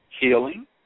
healing